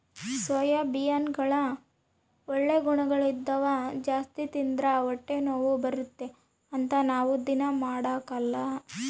ಸೋಯಾಬೀನ್ನಗ ಒಳ್ಳೆ ಗುಣಗಳಿದ್ದವ ಜಾಸ್ತಿ ತಿಂದ್ರ ಹೊಟ್ಟೆನೋವು ಬರುತ್ತೆ ಅಂತ ನಾವು ದೀನಾ ಮಾಡಕಲ್ಲ